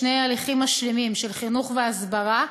שני תהליכים משלימים של חינוך והסברה,